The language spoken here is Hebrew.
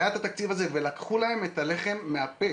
היה את התקציב הזה ולקחו להם את הלחם מהפה.